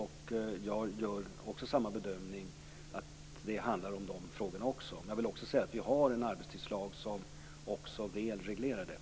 Jag gör också samma bedömning: Det handlar om dessa frågor också. Men jag vill också säga att vi har en arbetstidslag som väl reglerar detta.